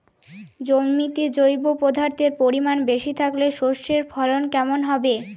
জমিতে জৈব পদার্থের পরিমাণ বেশি থাকলে শস্যর ফলন কেমন হবে?